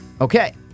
Okay